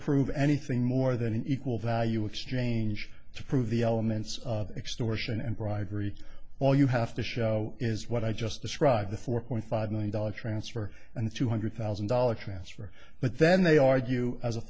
prove anything more than an equal value exchange to prove the elements of extortion and bribery all you have to show is what i just described the four point five million dollars transfer and two hundred thousand dollars transfer but then they argue as a